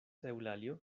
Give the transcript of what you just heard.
eŭlalio